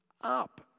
up